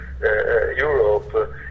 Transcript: Europe